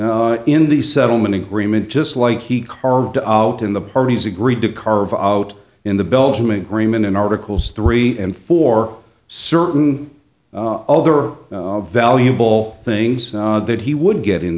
in the settlement agreement just like he carved out in the parties agreed to carve out in the belgium agreement in articles three and four certain other valuable things that he would get in